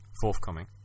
forthcoming